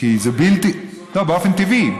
לא, באופן טבעי.